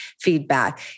feedback